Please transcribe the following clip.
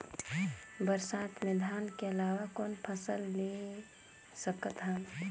बरसात मे धान के अलावा कौन फसल ले सकत हन?